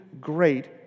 great